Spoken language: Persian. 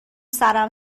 سرم